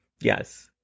Yes